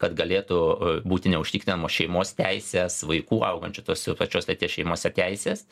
kad galėtų būti neužtikrinamos šeimos teisės vaikų augančių tos pačios lyties šeimose teisės